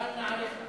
של נעליך.